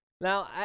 Now